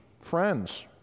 friends